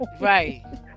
Right